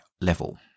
level